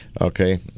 okay